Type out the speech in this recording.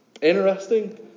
Interesting